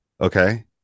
Okay